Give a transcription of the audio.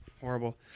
horrible